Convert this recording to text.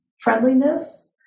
friendliness